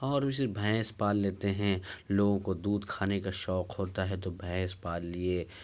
اور اسی بھینس پال لیتے ہیں لوگوں کو دودھ کھانے کا شوق ہوتا ہے تو بھینس پال لیے